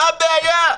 מה הבעיה?